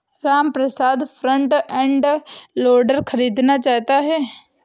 Ramprasad front end loader खरीदना चाहता है